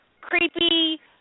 creepy